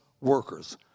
workers